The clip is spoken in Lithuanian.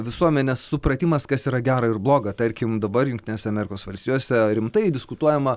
visuomenės supratimas kas yra gera ir bloga tarkim dabar jungtinėse amerikos valstijose rimtai diskutuojama